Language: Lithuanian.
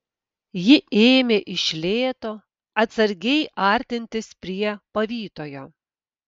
ji ėmė iš lėto atsargiai artintis prie pavytojo